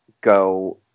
go